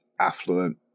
affluent